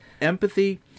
empathy